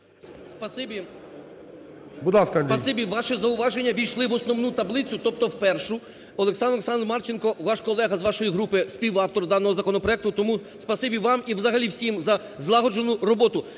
спасибі. Ваші зауваження ввійшли в основну таблицю, тобто в першу. Олександр Олександрович Марченко, ваш колега з вашої групи – співавтор даного законопроекту. Тому спасибі вам і взагалі всім за злагоджену роботу.